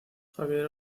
javier